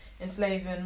enslaving